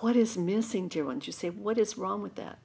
what is missing to what you say what is wrong with that